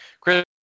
Chris